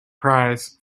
prize